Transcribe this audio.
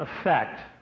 effect